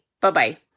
Bye-bye